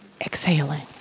exhaling